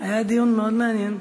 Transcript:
היה דיון מאוד מעניין.